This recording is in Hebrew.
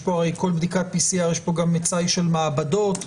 בכל בדיקת PCR יש גם מצאי של מעבדות.